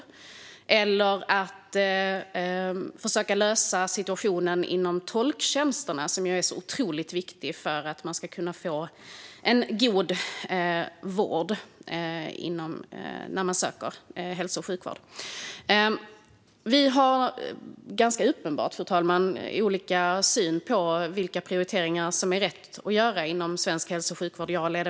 Personalen ska även försöka lösa situationen med tolktjänsterna, som är otroligt viktiga för att man ska få god vård när man söker hälso och sjukvård. Fru talman! Det är ganska uppenbart att jag och ledamoten Carlsson har olika syn på vilka prioriteringar som är rätt i fråga om svensk hälso och sjukvård.